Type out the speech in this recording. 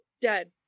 dead